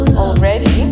already